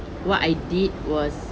what I did was